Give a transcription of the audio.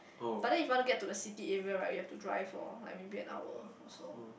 but there if want to get to the city area right you have to drive for like maybe an hour or so